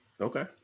Okay